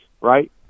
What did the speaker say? right